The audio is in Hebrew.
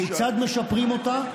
כיצד משפרים אותה?